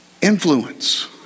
Influence